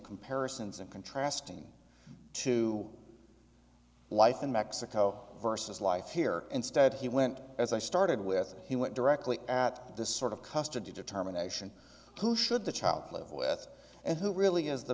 comparisons and contrasting to life in mexico versus life here instead he went as i started with he went directly at the sort of custody determination who should the child live with and who really is the